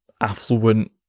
affluent